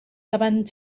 davant